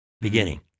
beginning